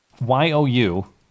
Y-O-U